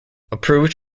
approved